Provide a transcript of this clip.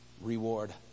reward